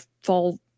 fall